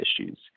issues